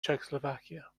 czechoslovakia